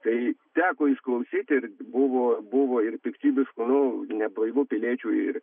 tai teko išklausyti ir buvo buvo ir piktybiškų nu neblaivių piliečių ir